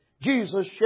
Jesus